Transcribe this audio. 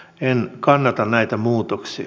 en kannata näitä muutoksia